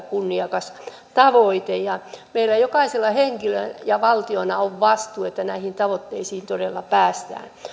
kunniakas tavoite meillä jokaisella henkilönä ja valtiona on vastuu että näihin tavoitteisiin todella päästään